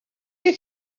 que